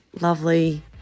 lovely